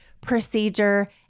procedure